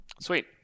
Sweet